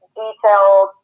detailed